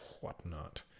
whatnot